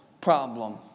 problem